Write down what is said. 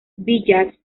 village